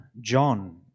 John